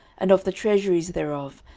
and of the treasuries thereof,